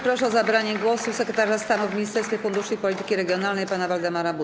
Proszę o zabranie głosu sekretarza stanu w Ministerstwie Funduszy i Polityki Regionalnej pana Waldemara Budę.